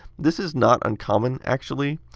this is not uncommon, actually.